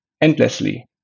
endlessly